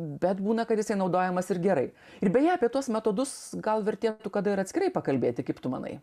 bet būna kad jisai naudojamas ir gerai ir beje apie tuos metodus gal vertėtų kada ir atskirai pakalbėti kaip tu manai